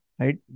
right